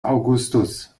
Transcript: augustus